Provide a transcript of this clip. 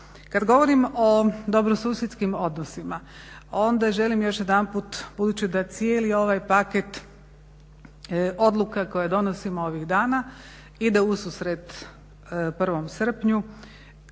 Kada govorim o dobrosusjedskim odnosima onda želim još jedanput budući da cijeli ovaj paket odluka koje donosimo ovih dana ide u susret 1.srpnju